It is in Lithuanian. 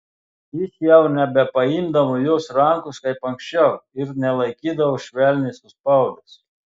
jis jau nebepaimdavo jos rankos kaip anksčiau ir nelaikydavo švelniai suspaudęs